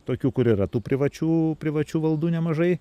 tokių kur yra tų privačių privačių valdų nemažai